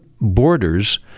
borders